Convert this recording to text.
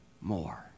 more